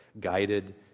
guided